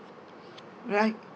right